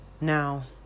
Now